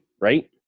right